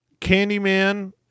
Candyman